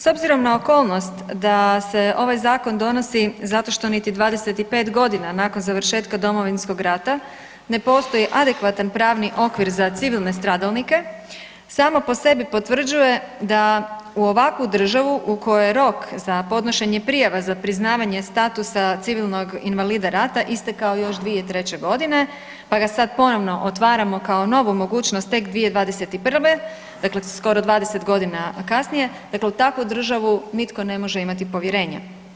S obzirom na okolnost da se ovaj zakon donosi zato što niti 25 godina nakon završetka Domovinskog rata ne postoji adekvatan pravni okvir za civilne stradalnike samo po sebi potvrđuje da u ovakvu državu u kojoj je rok za podnošenje prijava za priznavanje statusa civilnog invalida istekao još 2003. godine, pa ga sad ponovno otvaramo kao novu mogućnost tek 2021., dakle skoro 20 godina kasnije, dakle u takvu državu nitko ne može imati povjerenje.